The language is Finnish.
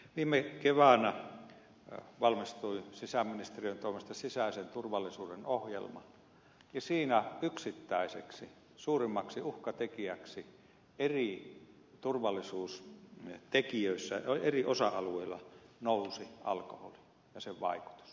viime keväänä valmistui sisäministeriön toimesta sisäisen turvallisuuden ohjelma ja siinä yksittäiseksi suurimmaksi uhkatekijäksi eri turvallisuustekijöissä eri osa alueilla nousi alkoholi ja sen vaikutus